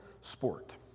sport